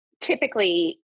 typically